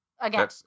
Again